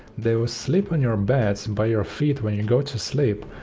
they will sleep on your beds by your feet when you go to sleep.